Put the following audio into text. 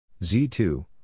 Z2